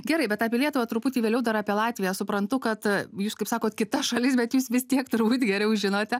gerai bet apie lietuvą truputį vėliau dar apie latviją suprantu kad jūs kaip sakot kita šalis bet jūs vis tiek turbūt geriau žinote